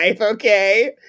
okay